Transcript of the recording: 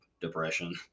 depression